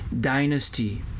dynasty